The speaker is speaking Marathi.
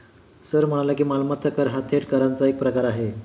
सर म्हणाले की, मालमत्ता कर हा थेट कराचा एक प्रकार आहे